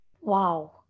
Wow